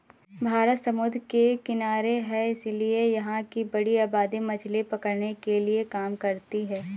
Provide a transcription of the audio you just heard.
भारत समुद्र के किनारे है इसीलिए यहां की बड़ी आबादी मछली पकड़ने के काम करती है